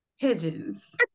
pigeons